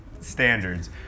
standards